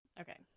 Okay